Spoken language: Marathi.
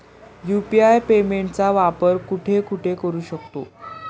यु.पी.आय पेमेंटचा वापर कुठे कुठे करू शकतो?